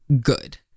good